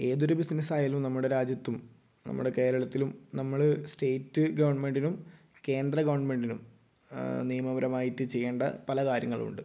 ഏതൊരു ബിസിനസ് ആയാലും നമ്മുടെ രാജ്യത്തും നമ്മുടെ കേരളത്തിലും നമ്മൾ സ്റ്റേറ്റ് ഗവൺമെന്റിനും കേന്ദ്ര ഗവൺമെന്റിനും നിയമപരമായിട്ട് ചെയ്യേണ്ട പല കാര്യങ്ങളും ഉണ്ട്